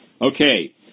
Okay